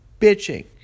bitching